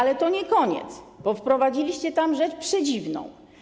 Ale to nie koniec, bo wprowadziliście tam rzecz przedziwną.